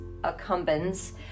accumbens